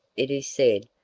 it is said,